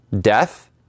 death